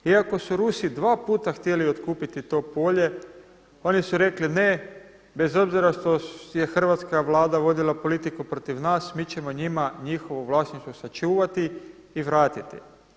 Iako su Rusi dva puta htjeli otkupiti to polje oni su rekli ne bez obzira što je hrvatska Vlada vodila politiku protiv nas, mi ćemo njima njihovo vlasništvo sačuvati i vratiti.